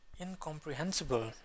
incomprehensible